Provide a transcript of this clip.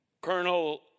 Colonel